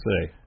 say